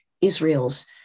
Israel's